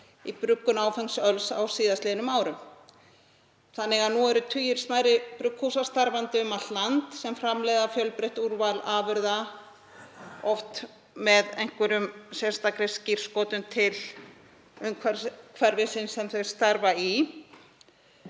í bruggun áfengs öls á síðastliðnum árum. Nú eru tugir smærri brugghúsa starfandi um allt land sem framleiða fjölbreytt úrval afurða, oft með sérstakri skírskotun til umhverfisins sem þau starfa í.